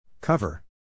Cover